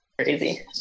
Crazy